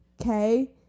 Okay